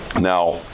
Now